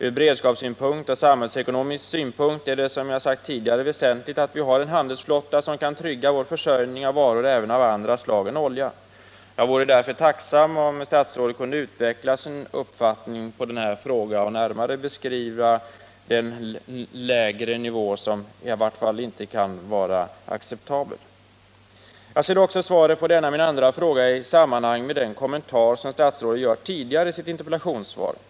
Från beredskapssynpunkt och samhällsekonomisk synpunkt är det, som jag sagt tidigare, väsentligt att vi har en handelsflotta som kan trygga vår försörjning av varor även av andra slag än olja. Jag vore därför tacksam om statsrådet kunde utveckla sin uppfattning i denna fråga och närmare beskriva den lägre nivå som inte kan vara acceptabel. Jag ser också svaret på denna min andra fråga i sammanhang med den kommentar som statsrådet gör tidigare i sitt interpellationssvar.